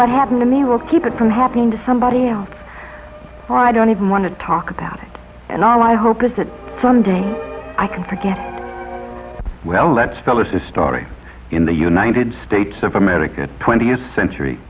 what happened to me will keep it from happening to somebody else or i don't even want to talk about it and all i hope is that one day i can forget well let's phyllis's story in the united states of america twentieth century